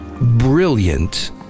brilliant